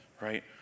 Right